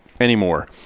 anymore